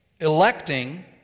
Electing